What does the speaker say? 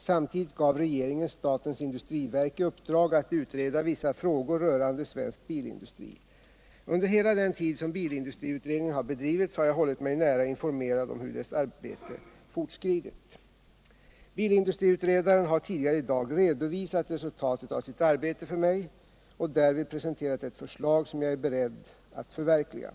Samtidigt gav regeringen statens industriverk i uppdrag att utreda vissa frågor rörande svensk bilindustri. Under hela den tid som bilindustriutredningen har bedrivits har jag hållit mig nära informerad om hur dess arbete framskridit. Bilindustriutredaren har tidigare i dag redovisat resultaten av sitt arbete för mig och därvid presenterat ett förslag som jag är beredd att förverkliga.